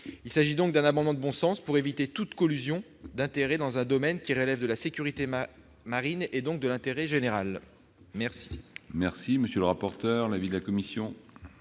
Il s'agit donc d'un amendement de bon sens tendant à éviter toute collusion d'intérêts dans un domaine qui relève de la sécurité marine et, donc, de l'intérêt général. Quel